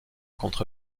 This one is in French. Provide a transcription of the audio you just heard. contre